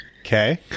Okay